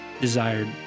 desired